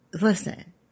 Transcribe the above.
Listen